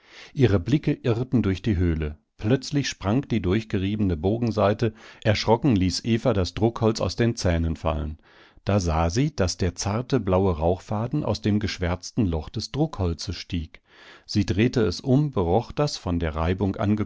ihre blicke irrten durch die höhle plötzlich sprang die durchgeriebene bogensaite erschrocken ließ eva das druckholz aus den zähnen fallen da sah sie daß der zarte blaue rauchfaden aus dem geschwärzten loch des druckholzes stieg sie drehte es um beroch das von der reibung